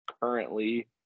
currently